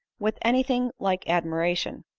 with any thing like admira tion.